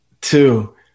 Two